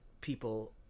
people